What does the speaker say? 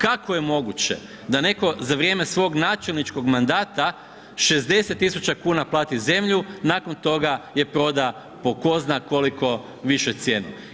Kako je moguće da netko za vrijeme svog načelničkog mandata 60.000 kuna plati zemlju, nakon toga je proda po zna koliko višu cijenu.